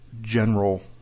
general